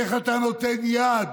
איך אתה נותן יד